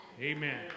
Amen